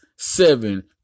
Seven